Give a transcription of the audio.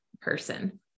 person